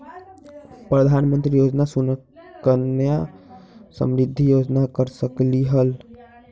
प्रधानमंत्री योजना सुकन्या समृद्धि योजना कर सकलीहल?